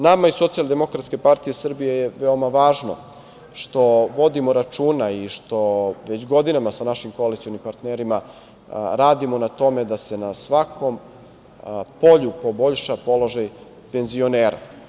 Nama iz Socijaldemokratske partije Srbije je veoma važno što vodimo računa i što već godinama sa našim koalicionim partnerima radimo na tome da se na svakom polju poboljša položaj penzionera.